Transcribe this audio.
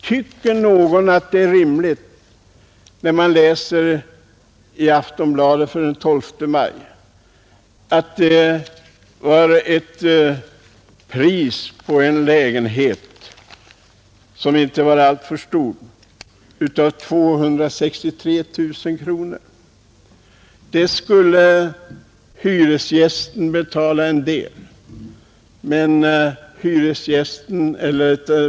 Tycker någon att det är rimligt — vilket man kunde läsa om i Aftonbladet den 12 maj — med ett pris på 263 000 kronor för en lägenhet som inte var alltför stor.